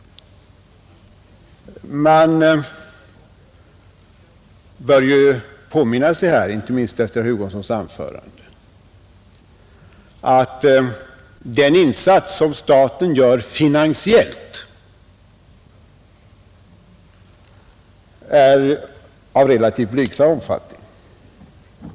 Man bör ju påminna sig — inte minst efter herr Hugossons anförande — att den insats som staten gör finansiellt är av relativt blygsam omfattning.